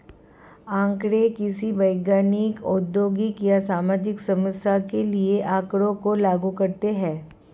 आंकड़े किसी वैज्ञानिक, औद्योगिक या सामाजिक समस्या के लिए आँकड़ों को लागू करते है